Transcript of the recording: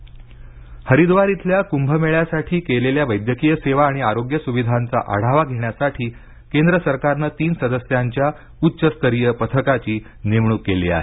कुभमेळा हरिद्वार इथल्या कुंभमेळ्यासाठी केलेल्या वैद्यकीय सेवा आणि आरोग्य सुविधांचा आढावा घेण्यासाठी केंद्र सरकारनं तीन सदस्यांच्या उच्च स्तरीय पथकाची नेमणूक केली आहे